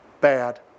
bad